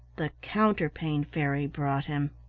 the counterpane fairy brought him.